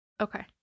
Okay